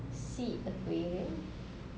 sea aquarium